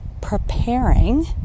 preparing